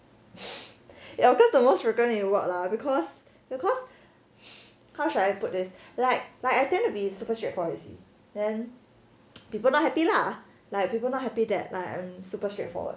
ya occurs most frequently in work lah because because how should I put this like like I tend to be super straightforward you see then people not happy lah like people not happy that my I'm super straightforward